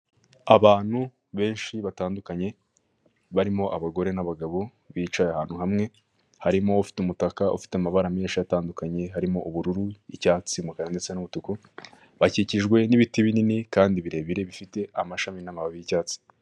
Abantu benshi batandukanye barimo abagore, n'abagabo bicaye ahantu hamwe harimo ufite umutaka ufite amabara menshi atandukanye harimo ubururu, icyatsi, umukara ndetse n'umutuku bakikijwe n'ibiti binini kandi birebire bifite amashami n'amababi yicyatsi.